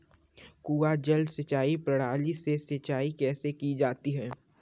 कुआँ जल सिंचाई प्रणाली से सिंचाई कैसे की जाती है?